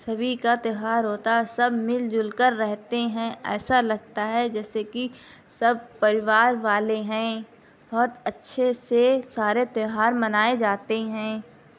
سبھی کا تیوہار ہوتا ہے سب مل جل کر رہتے ہیں ایسا لگتا ہے جیسے کہ سب پریوار والے ہیں بہت اچھے سے سارے تیوہار منائے جاتے ہیں